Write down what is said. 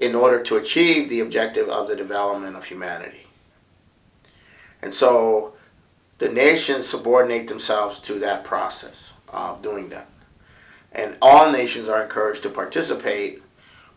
in order to achieve the objective of the development of humanity and so the nations subordinate themselves to that process of doing that and all nations are encouraged to participate